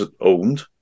owned